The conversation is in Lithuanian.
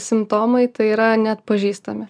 simptomai tai yra neatpažįstami